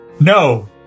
No